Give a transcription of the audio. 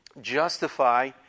justify